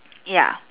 ya